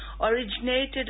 originated